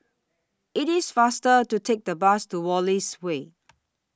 IT IS faster to Take The Bus to Wallace Way